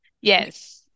Yes